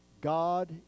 God